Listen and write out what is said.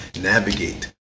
navigate